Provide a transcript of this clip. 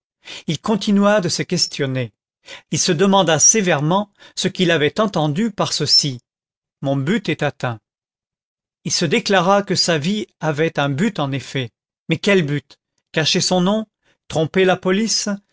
il continua de se questionner il se demanda sévèrement ce qu'il avait entendu par ceci mon but est atteint il se déclara que sa vie avait un but en effet mais quel but cacher son nom tromper la police